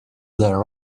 there